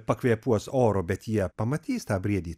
pakvėpuos oru bet jie pamatys tą briedį